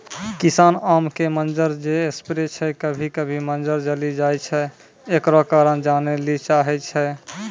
किसान आम के मंजर जे स्प्रे छैय कभी कभी मंजर जली जाय छैय, एकरो कारण जाने ली चाहेय छैय?